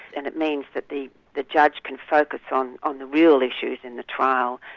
and it means that the the judge can focus on on the real issues in the trial.